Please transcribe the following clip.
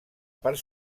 part